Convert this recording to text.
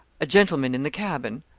a gentleman in the cabin.